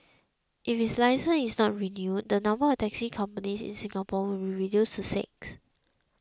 if its licence is not renewed the number of taxi companies in Singapore will be reduced to six